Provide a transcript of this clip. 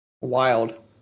Wild